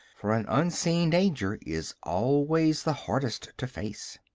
for an unseen danger is always the hardest to face.